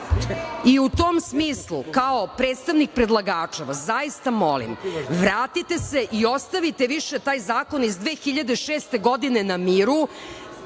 i u tom smislu kao predstavnik predlagača, vas zaista molim, vratite se i ostavite više zakone iz 2006. godine na miru. To